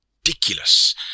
ridiculous